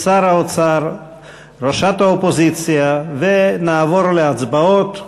את שר האוצר ואת ראשת האופוזיציה ונעבור להצבעות.